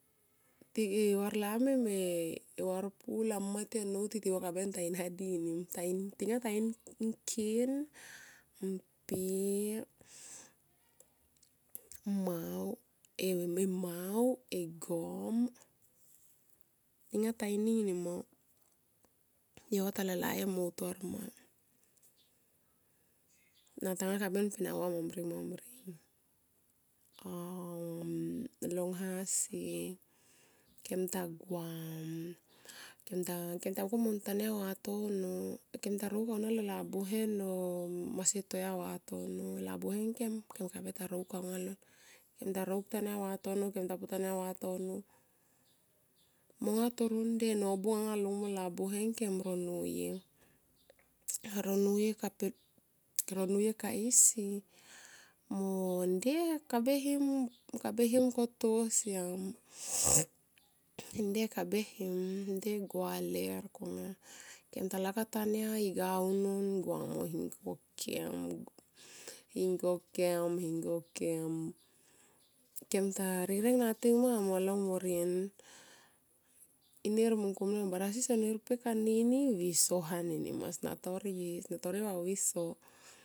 Ti e varlami me varpulo a mma ti a nnou ti va kaben ta inha di rim tinga ta in ngkin mpe e mao e gom tinga ta ini nima yovato lala io nim na ntanga kaben per na va mambring, mambring ma. Longha si kem guam kem ta mungkone mo ntaya vatono kem ta rokuk alo labuhe mo masi toya vatono. Labuhe ngkem kem kabe ta rokuk anga lon kem ta rokuk tania vatono kem tapu tania vatono monga toro nde nobung anga lungmo. Labuhe kem ro nuye. Ro nuye kaisi mo nde kabe him koto siam nde kabe him nde gua ler komia. Kem talakap tania iga unun gua mo himkok kem himkok kem himkok kem. Kem ta rireng nating ma mo valong morieng, imungkone barasi son nir rpek anini viso han enima sona torie va viso.